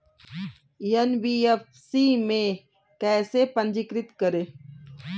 NBFC में कैसे पंजीकृत करें?